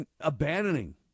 abandoning